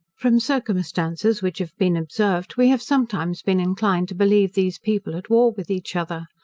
from circumstances which have been observed, we have sometimes been inclined to believe these people at war with each other.